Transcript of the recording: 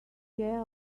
care